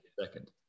second